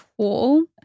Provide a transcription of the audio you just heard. cool